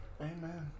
Amen